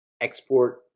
export